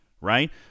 right